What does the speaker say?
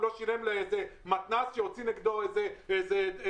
לא שילם לאיזה מתנ"ס שהוציא נגדו איזה צו,